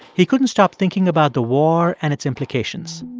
he couldn't stop thinking about the war and its implications.